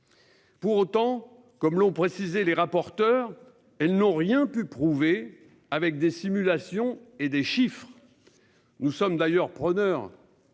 Pour autant, comme l'ont précisé les rapporteurs. Elles n'ont rien pu prouver avec des simulations et des chiffres. Nous sommes d'ailleurs preneur.